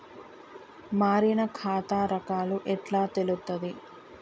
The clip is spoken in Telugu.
మారిన ఖాతా రకాలు ఎట్లా తెలుత్తది?